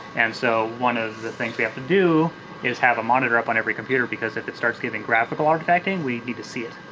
and so one of the things we have to do is have a monitor up on every computer because if it starts giving graphical artifacting, we need to see it.